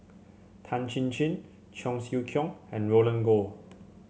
Tan Chin Chin Cheong Siew Keong and Roland Goh